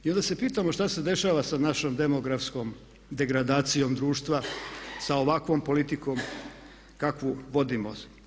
I onda se pitamo šta se dešava sa našom demografskom degradacijom društva, sa ovakvom politikom kakvu vodimo?